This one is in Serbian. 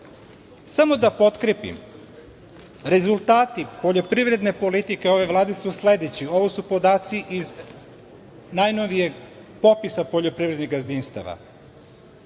da potkrepim, rezultati poljoprivredne politike ove Vlade su sledeći. Ovo su podaci iz najnovijeg popisa poljoprivrednih gazdinstava.